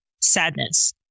sadness